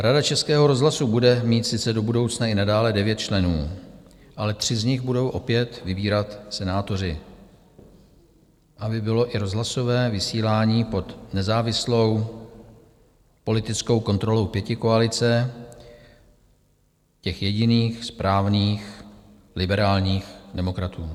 Rada Českého rozhlasu bude mít sice do budoucna i nadále 9 členů, ale 3 z nich budou opět vybírat senátoři, aby bylo i rozhlasové vysílání pod nezávislou politickou kontrolou pětikoalice, těch jediných správných liberálních demokratů.